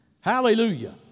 Hallelujah